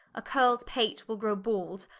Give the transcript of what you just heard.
a curl'd pate will grow bald,